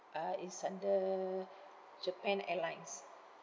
uh is under japan airlines